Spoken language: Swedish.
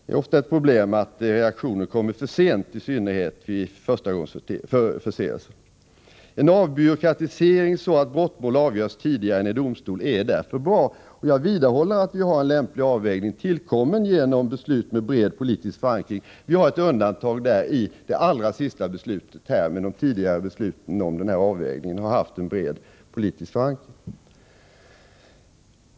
Det är ofta ett problem att reaktionen kommer för sent, i synnerhet vid förstagångsförseelser. En avbyråkratisering så att brottmål avgörs tidigare än i domstol är därför bra. Jag vidhåller att vi har en lämplig avvägning, tillkommen genom beslut med bred politisk förankring. Ett undantag är det allra senaste beslutet, men de tidigare besluten om denna avvägning har haft en bred politisk förankring.